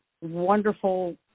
wonderful